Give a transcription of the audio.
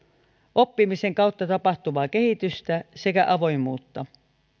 oppimisen kautta tapahtuvaa kehitystä sekä avoimuutta